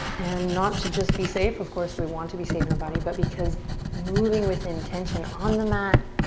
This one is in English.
and not to just be safe. of course, we want to be safe in our body but because moving with intention on the mat